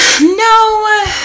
No